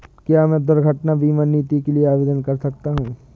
क्या मैं दुर्घटना बीमा नीति के लिए आवेदन कर सकता हूँ?